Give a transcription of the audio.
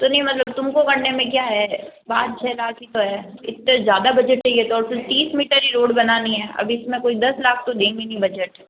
तो नहीं मतलब तुम को करने में क्या है बात छः लाख ही तो है इस से ज़्यादा बजट चाहिए तो सिर्फ़ तीस मीटर ही रोड बनानी है अब इस में कोई दस लाख तो देंगे नहीं बजट